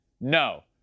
No